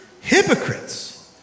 hypocrites